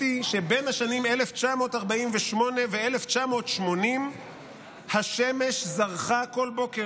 שבין השנים 1948 ו-1980 השמש זרחה בכל בוקר.